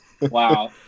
Wow